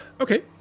okay